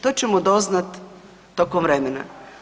To ćemo doznati tokom vremena.